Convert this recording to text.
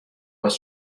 was